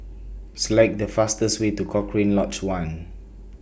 Select The fastest Way to Cochrane Lodge one